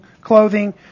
clothing